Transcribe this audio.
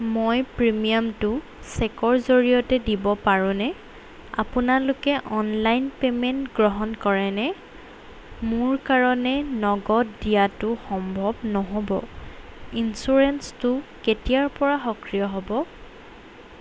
মই প্ৰিমিয়ামটো চেকৰ জৰিয়তে দিব পাৰোঁনে আপোনালোকে অনলাইন পেমেণ্ট গ্ৰহণ কৰেনে মোৰ কাৰণে নগদ দিয়াটো সম্ভৱ নহ'ব ইঞ্চুৰেঞ্চটো কেতিয়াৰপৰা সক্ৰিয় হ'ব